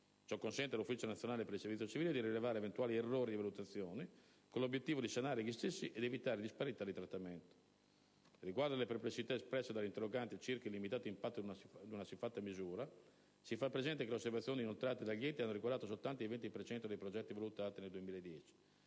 Ciò consente all'Ufficio nazionale per il servizio civile di rilevare eventuali errori di valutazione, con l'obiettivo di sanare gli stessi ed evitare disparità di trattamento. Quanto alle perplessità espresse dall'interrogante circa il limitato impatto di una siffatta misura, si fa presente che le osservazioni inoltrate dagli enti hanno riguardato soltanto il 20 per cento dei progetti valutati nel 2010.